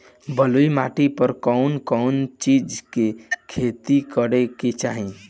बलुई माटी पर कउन कउन चिज के खेती करे के चाही?